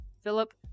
Philip